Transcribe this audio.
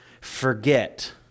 forget